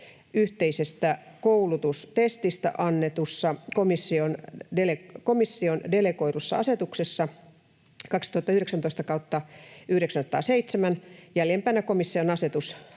yhteisestä koulutustestistä annetussa komission delegoidussa asetuksessa 2019/907, jäljempänä komission asetus,